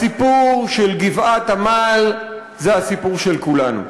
הסיפור של גבעת-עמל הוא הסיפור של כולנו.